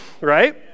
right